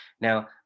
now